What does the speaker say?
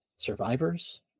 Survivors